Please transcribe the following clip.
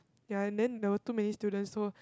ya and then there were too many students so